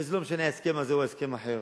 וזה לא משנה ההסכם הזה או הסכם אחר.